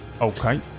Okay